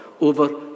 over